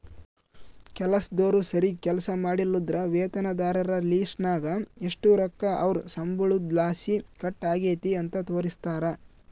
ಕೆಲಸ್ದೋರು ಸರೀಗ್ ಕೆಲ್ಸ ಮಾಡ್ಲಿಲ್ಲುದ್ರ ವೇತನದಾರರ ಲಿಸ್ಟ್ನಾಗ ಎಷು ರೊಕ್ಕ ಅವ್ರ್ ಸಂಬಳುದ್ಲಾಸಿ ಕಟ್ ಆಗೆತೆ ಅಂತ ತೋರಿಸ್ತಾರ